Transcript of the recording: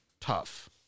Tough